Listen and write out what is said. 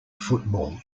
football